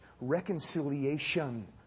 reconciliation